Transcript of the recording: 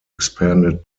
expanded